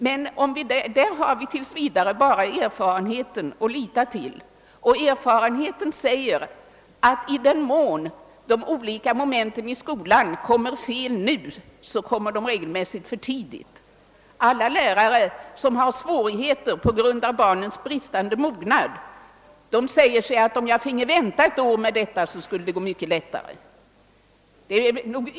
Men ännu så länge har vi bara erfarenheten att lita till, och erfarenheten säger, att i den mån de olika momenten i skolan kommer fel, så kommer de i regel för tidigt. Varje lärare som har svårigheter på grund av barnens bristande mognad säger, att om han finge vänta ett år, så skulle det gå mycket lättare.